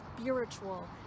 spiritual